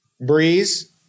Breeze